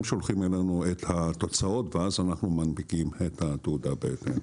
הם שולחים אלינו את התוצאות ואז אנחנו מנפיקים את התעודה בהתאם.